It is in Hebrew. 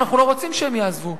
ואנחנו לא רוצים שהם יעזבו.